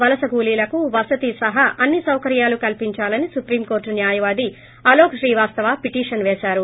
వలస కూలీలకు వసతి సహా అన్ని సౌకర్యాలు కల్పించాలని ఉసుప్రీం కోర్టు న్యాయవాది అలోక్ శ్రీవాస్తవ పిటిషన్ పేశారు